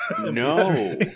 No